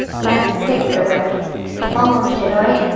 let's take the word omoshiroi,